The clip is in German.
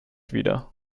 wieder